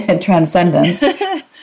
transcendence